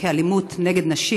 כי הונחו היום על שולחן הכנסת,